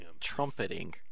trumpeting